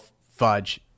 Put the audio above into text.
fudge